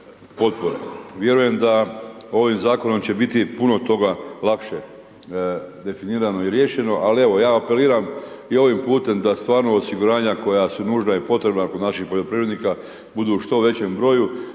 Vjerujem da ovim zakonom će biti puno toga lakše definirano i riješeno ali evo, ja apeliram i ovim putem da stvarno osiguranja koja su nužna i potrebna kod naših poljoprivrednika budu u što većem broju,